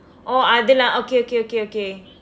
oh அது:athu lah okay okay okay okay